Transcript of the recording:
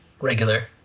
regular